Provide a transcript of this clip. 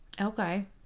Okay